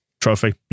trophy